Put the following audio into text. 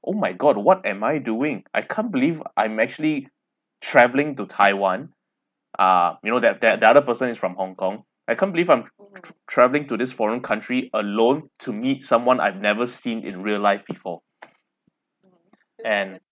oh my god what am I doing I can't believe I'm actually travelling to taiwan ah you know that that the other person is from hong kong I can't believe I'm tr~ tr~ travelling to this foreign country alone to meet someone I've never seen in real life before and